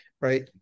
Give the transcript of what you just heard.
Right